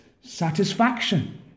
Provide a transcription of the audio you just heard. satisfaction